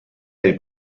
del